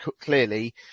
clearly